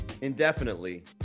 indefinitely